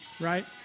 right